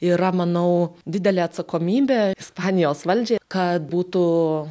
yra manau didelė atsakomybė ispanijos valdžiai kad būtų